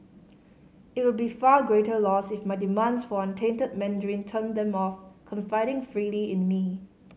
it would be far greater loss if my demands for untainted Mandarin turned them off confiding freely in me